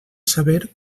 saber